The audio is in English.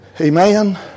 Amen